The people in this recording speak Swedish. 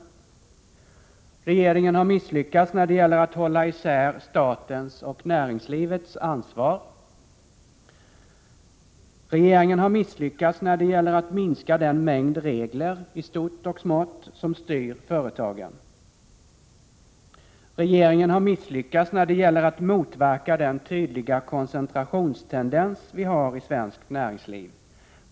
Regeringen har misslyckats när det gäller att hålla isär statens och näringslivets ansvar. Regeringen har misslyckats när det gäller att minska den mängd regler — i stort och smått — som styr företagen. Regeringen har misslyckats när det gäller att motverka den tydliga koncentrationstendens vi har i svenskt näringsliv.